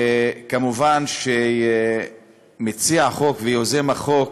וכמובן, מציע החוק ויוזם החוק,